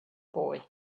boy